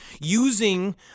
using